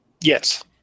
Yes